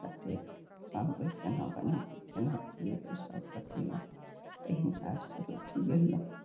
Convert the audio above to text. कते सानबय केना बनेबय केना की हेतय सब बतेलक तै हिसाबसँ रोटी बेललहुँ